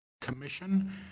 Commission